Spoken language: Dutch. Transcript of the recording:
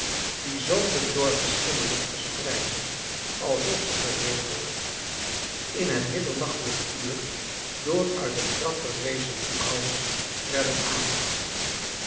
die zoo'n bedorven schimmellucht verspreidden alsof ze geregeld in het middernachtelijk uur door uit het graf verrezen boekhouders werden aangehouden